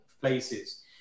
places